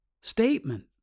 statement